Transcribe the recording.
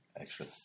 extra